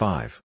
Five